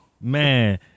man